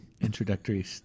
introductory